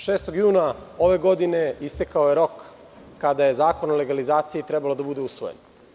Šestog juna ove godine, istekao je rok kada je zakon o legalizaciji trebalo da bude usvojen.